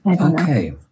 Okay